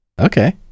Okay